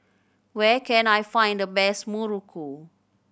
where can I find the best muruku